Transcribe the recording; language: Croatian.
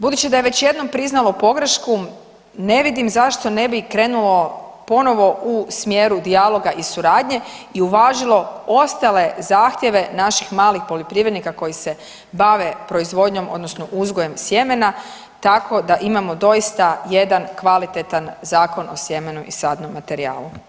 Budući da je već jednom priznalo pogrešku ne vidim zašto ne bi krenulo ponovo u smjeru dijaloga i suradnje i uvažilo ostale zahtjeve naših malih poljoprivrednika koji se bave proizvodnjom odnosno uzgojem sjemena, tako da imamo doista jedan kvalitetan Zakon o sjemenu i sadnom materijalu.